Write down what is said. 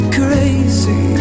crazy